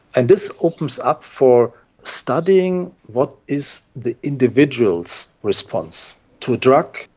and this opens up for studying what is the individual's response to a drug.